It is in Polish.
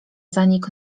zanik